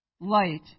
light